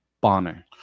Bonner